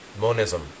monism